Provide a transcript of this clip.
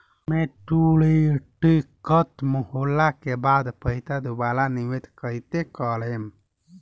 Maturity खतम होला के बाद पईसा दोबारा निवेश कइसे करेम?